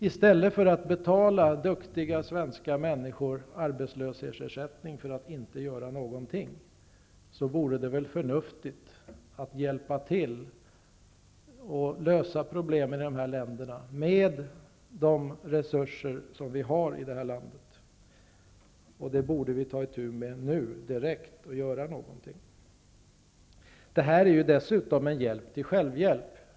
I stället för att betala duktiga svenska människor arbetslöshetsersättning för att inte göra någonting, vore det väl förnuftigt att hjälpa till att lösa problemen i dessa länder med de resurser som vi har i det här landet. Detta borde vi ta itu med nu direkt och göra något. Detta är dessutom en hjälp till självhjälp.